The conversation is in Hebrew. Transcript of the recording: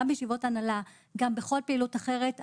בכל ישיבות ההנהלה ובכל פעילות אחרת,